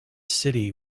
city